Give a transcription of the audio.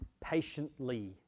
patiently